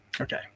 Okay